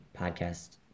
podcast